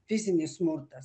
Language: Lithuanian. fizinis smurtas